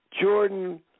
Jordan